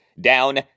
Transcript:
down